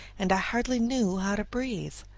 and i hardly knew how to breathe.